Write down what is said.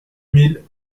mille